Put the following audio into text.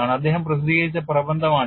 അദ്ദേഹം പ്രസിദ്ധീകരിച്ച പ്രബന്ധമാണിത്